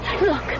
Look